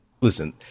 Listen